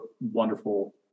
wonderful